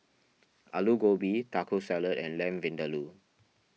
Alu Gobi Taco Salad and Lamb Vindaloo